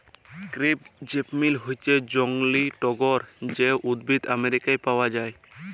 crepe jasmine হচ্যে জংলী টগর যে উদ্ভিদ আমেরিকায় পাওয়া যায়